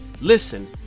Listen